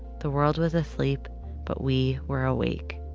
the world was asleep but we were awake.